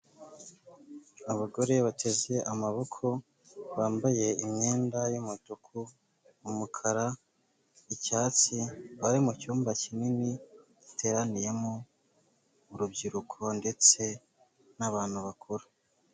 Abagore bateze amaboko, bambaye imyenda y'umutuku, umukara, icyatsi bari mu cyumba kinini giteraniyemo urubyiruko ndetse n'abantu bakuru.